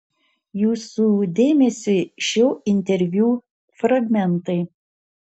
jūsų dėmesiui šio interviu fragmentai